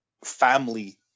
family